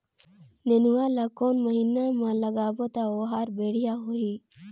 नेनुआ ला कोन महीना मा लगाबो ता ओहार बेडिया होही?